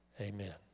Amen